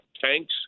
tanks